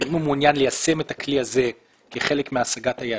ואם הוא מעוניין ליישם את הכלי הזה כחלק מהשגת היעדים,